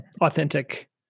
authentic